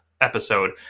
episode